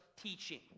teaching